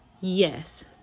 Yes